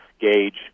gauge